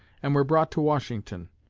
and were brought to washington.